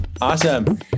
Awesome